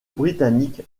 britannique